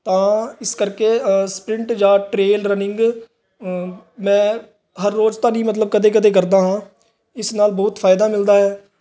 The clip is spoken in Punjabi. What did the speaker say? ਤਾਂ ਇਸ ਕਰਕੇ ਸਪਰਿੰਟ ਜਾਂ ਟਰੇਲ ਰਨਿੰਗ ਉਂ ਮੈਂ ਹਰ ਰੋਜ਼ ਤਾਂ ਨਹੀਂ ਮਤਲਬ ਕਦੇ ਕਦੇ ਕਰਦਾ ਹਾਂ ਇਸ ਨਾਲ ਬਹੁਤ ਫਾਇਦਾ ਮਿਲਦਾ ਹੈ